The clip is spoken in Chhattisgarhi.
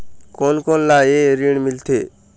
कोन कोन ला ये ऋण मिलथे?